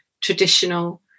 traditional